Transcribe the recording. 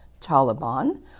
Taliban